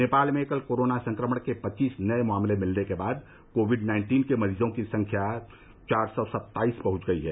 नेपाल में कल कोरोना संक्रमण के पच्चीस नए मामले मिलने के बाद कोविड नाइन्टीन के मरीजों की संख्या चार सौ सत्ताईस पहुंच गई है